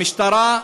המשטרה,